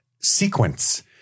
sequence